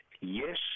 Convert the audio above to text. Yes